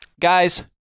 guys